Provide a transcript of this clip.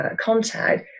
contact